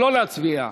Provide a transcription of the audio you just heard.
לא להצביע.